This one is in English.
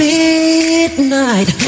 midnight